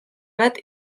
bat